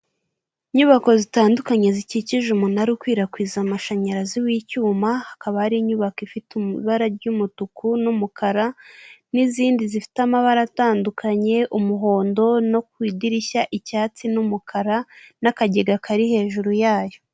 Inyubako zitandukanye zikikije umunara ukwirakwiza amashanyarazi w'icyuma hakaba hari inyubako ifite ibara ry'umutuku n'umukara n'izindi zifite amabara atandukanye umuhondo no ku idirishya icyatsi n'umukara n'akagega kari hejuru yayo .